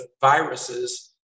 viruses